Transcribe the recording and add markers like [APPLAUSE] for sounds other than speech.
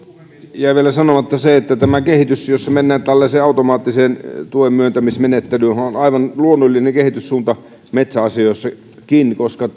jäi vielä sanomatta se että tämä kehitys jossa mennään tällaiseen automaattiseen tuenmyöntämismenettelyyn on aivan luonnollinen kehityssuunta metsäasioissakin koska [UNINTELLIGIBLE]